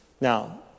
Now